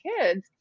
kids